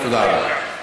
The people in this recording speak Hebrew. תודה רבה.